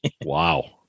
wow